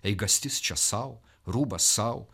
eigastis čia sau rūbas sau